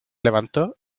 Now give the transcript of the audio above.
levantó